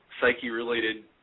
psyche-related